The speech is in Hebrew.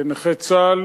נכה צה"ל,